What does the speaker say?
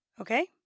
okay